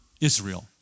Israel